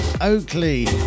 Oakley